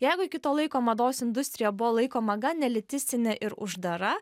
jeigu iki to laiko mados industrija buvo laikoma gan elitistine ir uždara